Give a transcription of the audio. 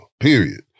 period